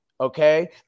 okay